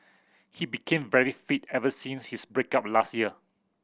he became very fit ever since his break up last year